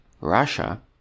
Russia